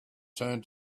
turned